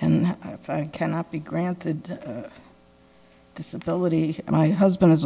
and if i cannot be granted disability my husband is